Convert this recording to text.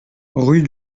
rue